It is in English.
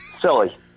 Silly